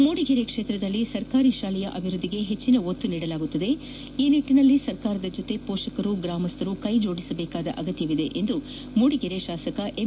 ಮೂಡಿಗೆರೆ ಕ್ಷೇತ್ರದಲ್ಲಿ ಸರ್ಕಾರಿ ಶಾಲೆಯ ಅಭಿವ್ವದ್ದಿಗೆ ಹೆಚ್ಚಿನ ಒತ್ತು ನೀಡಲಾಗುತ್ತದೆ ಈ ನಿಟ್ಟಿನಲ್ಲಿ ಸರ್ಕಾರದ ಜೊತೆಗೆ ಪೋಷಕರು ಗ್ರಾಮಸ್ಗರು ಕೈಜೋದಿಸುವ ಅಗತ್ಯವಿದೆ ಎಂದು ಮೂಡಿಗೆರೆ ಶಾಸಕ ಎಂ